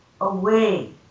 away